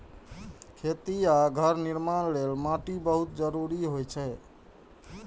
खेती आ घर निर्माण लेल माटि बहुत जरूरी होइ छै